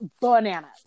bananas